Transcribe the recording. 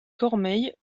cormeilles